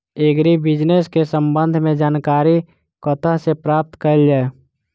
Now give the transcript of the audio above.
Agri business केँ संबंध मे जानकारी कतह सऽ प्राप्त कैल जाए?